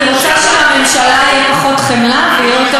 אבל אני רוצה שלממשלה יהיה פחות חמלה ויהיו יותר